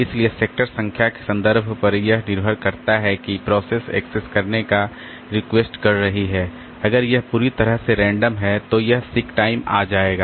इसलिए सेक्टर संख्या के संदर्भ पर यह निर्भर करता है कि प्रोसेस एक्सेस करने का रिक्वेस्ट कर रही हैं अगर यह पूरी तरह से रैंडम है तो यह सीक टाइम आ जाएगा